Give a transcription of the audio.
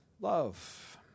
love